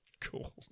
cool